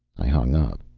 i hung up.